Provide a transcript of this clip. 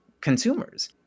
consumers